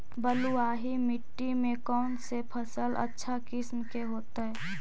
बलुआही मिट्टी में कौन से फसल अच्छा किस्म के होतै?